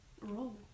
roll